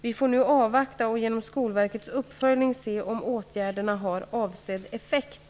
Vi får nu avvakta och genom Skolverkets uppföljning se om åtgärderna har avsedd effekt.